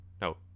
No